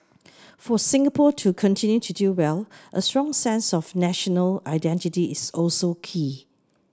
for Singapore to continue to do well a strong sense of national identity is also key